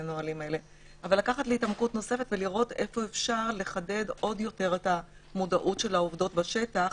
אבל לראות איפה אפשר עוד יותר לחדד את המודעות של העובדות בשטח